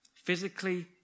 physically